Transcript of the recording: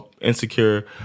insecure